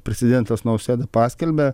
prezidentas nausėda paskelbė